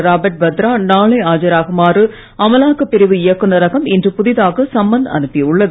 Robert Vadra நாளை ஆஜராகுமாறு அமலாக்கப் பிரிவு இயக்குநரகம் இன்று புதிதாக சம்மன் அனுப்பியுள்ளது